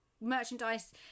merchandise